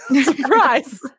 surprise